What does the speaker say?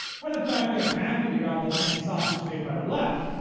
when in fact they are happy to gobble up any sausage made by the left,